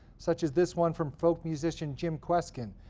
such as this one from folk musician, jim kweskin,